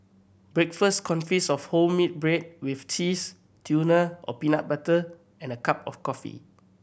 breakfast consists of wholemeal bread with cheese tuna or peanut butter and a cup of coffee